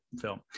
film